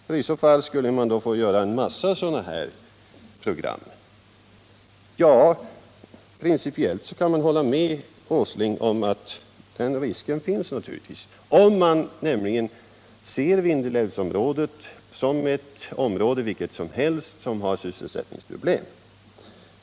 I så fall skulle man få göra en massa sådana här program. Principiellt kan man hålla med Nils Åsling om att den risken naturligtvis finns, om man nämligen ser Vindelälvsområdet som vilket område som helst som har sysselsättningsproblem.